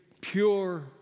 pure